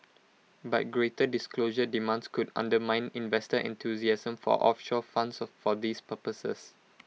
but greater disclosure demands could undermine investor enthusiasm for offshore funds of for these purposes